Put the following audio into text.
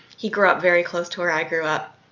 he grew up very close to where i grew up.